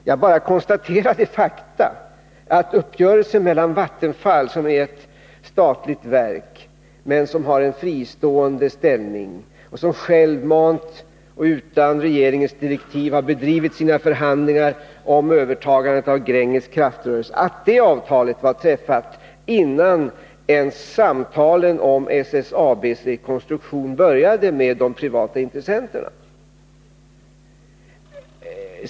Jag bara konstaterade fakta: Vattenfall, som är ett statligt verk men som har en fristående ställning och som självmant och utan regeringens direktiv har bedrivit sina förhandlingar om övertagande av Gränges kraftrörelse, träffade avtal med Gränges innan ens samtalen om SSAB:s rekonstruktion började med de privata intressenterna.